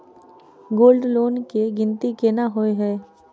Gold loan केँ गिनती केना होइ हय?